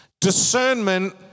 Discernment